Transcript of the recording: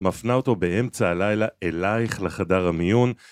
מפנה אותו באמצע הלילה אלייך לחדר המיון